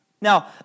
Now